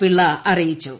പിള്ള അറിയിച്ചു